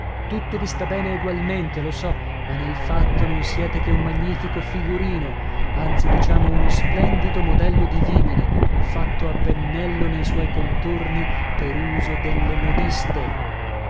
tutto vi sta bene egualmente lo so ma nel fatto non siete che un magnifico figurino anzi diciamo uno splendido modello di vimini fatto a pennello nei suoi contorni per uso delle modiste